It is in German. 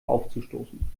aufzustoßen